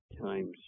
times